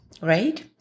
right